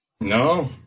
No